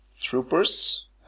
troopers